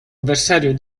avversario